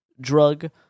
drug